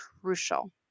crucial